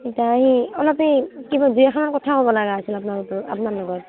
এতিয়া এই অলপ এই কিবা দুই এষাৰমান কথা ক'ব লগা আছিল আপোনা ওতৰ আপোনাৰ লগত